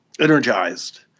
energized